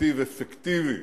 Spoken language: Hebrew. נתיב אפקטיבי